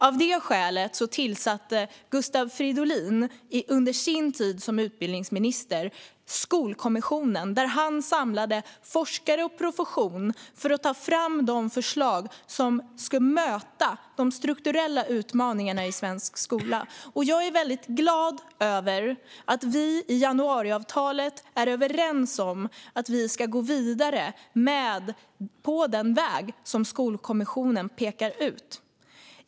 Av det skälet tillsatte Gustav Fridolin under sin tid som utbildningsminister Skolkommissionen, där han samlade forskare och profession för att ta fram de förslag som ska möta de strukturella utmaningarna i svensk skola. Jag är glad över att vi i januariavtalet är överens om att vi ska gå vidare på den väg som Skolkommissionen pekar ut.